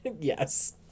Yes